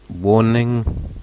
Warning